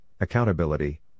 accountability